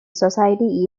society